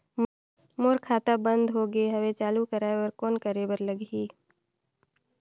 मोर खाता बंद हो गे हवय चालू कराय बर कौन करे बर लगही?